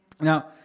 Now